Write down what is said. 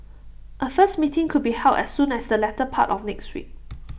A first meeting could be held as soon as the latter part of next week